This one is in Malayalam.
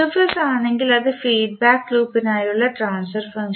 ആണെങ്കിൽ അത് ഫീഡ്ബാക്ക് ലൂപ്പിനായുള്ള ട്രാൻസ്ഫർ ഫംഗ്ഷൻ ആണ്